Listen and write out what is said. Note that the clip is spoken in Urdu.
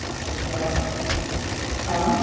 اچھا آں